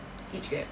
age gap